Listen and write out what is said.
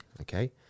okay